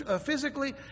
physically